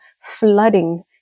flooding